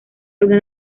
luna